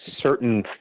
certain